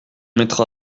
mettra